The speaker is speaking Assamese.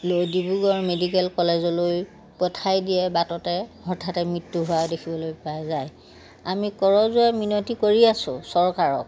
লৈ ডিব্ৰুগড় মেডিকেল কলেজলৈ পঠাই দিয়ে বাটতে হঠাতে মৃত্যু হোৱা দেখিবলৈ পোৱা যায় আমি কৰযোৰে মিনতি কৰি আছোঁ চৰকাৰক